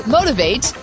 Motivate